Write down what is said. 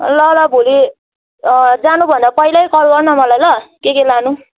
ल ल भोलि जानुभन्दा पहिलै कल गर्न मलाई ल के के लानु